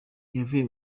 yavuye